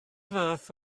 fath